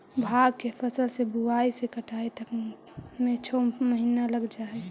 भाँग के फसल के बुआई से कटाई तक में छः महीना लग जा हइ